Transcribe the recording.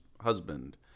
husband